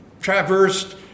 traversed